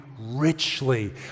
richly